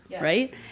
right